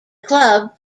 club